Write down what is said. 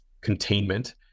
containment